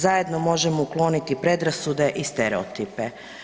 Zajedno možemo ukloniti predrasude i stereotipe.